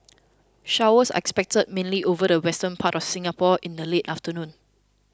showers are expected mainly over the western part of Singapore in the late afternoon